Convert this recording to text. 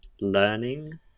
learning